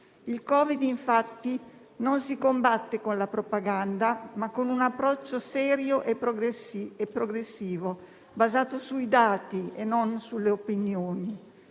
Il Covid, infatti, si combatte non con la propaganda, ma con un approccio serio e progressivo, basato sui dati e non sulle opinioni.